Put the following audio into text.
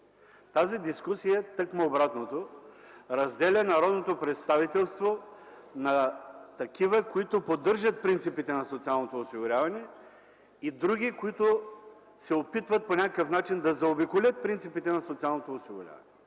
Тази дискусия, тъкмо обратното, разделя народното представителство на такива, които поддържат принципите на социалното осигуряване и други, които се опитват по някакъв начин да заобиколят принципите на социалното осигуряване.